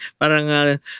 Parang